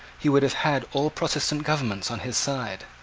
he would have had all protestant governments on his side.